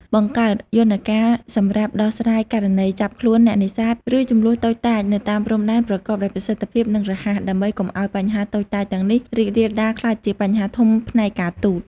បង្កើតយន្តការសម្រាប់ដោះស្រាយករណីចាប់ខ្លួនអ្នកនេសាទ ឬជម្លោះតូចតាចនៅតាមព្រំដែនប្រកបដោយប្រសិទ្ធភាព និងរហ័ស ដើម្បីកុំឱ្យបញ្ហាតូចតាចទាំងនេះរីករាលដាលក្លាយជាបញ្ហាធំផ្នែកការទូត។